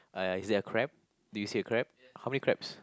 uh is it a crab did you see the crab how many crabs